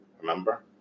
Remember